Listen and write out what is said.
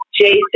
Jason